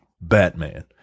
Batman